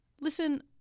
Listen